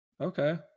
Okay